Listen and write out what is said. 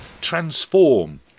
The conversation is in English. transform